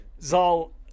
Zal